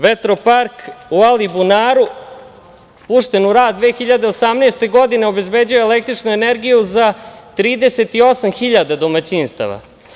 Vetropark u Alibunaru, pušten u rad 2018. godine, obezbeđuje električnu energiju za 38.000 domaćinstava.